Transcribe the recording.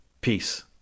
Peace